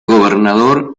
gobernador